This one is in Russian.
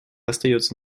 остается